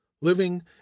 living